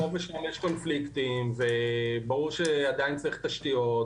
פה ושם יש קונפליקטים וברור שעדיין צריך תשתיות,